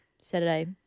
Saturday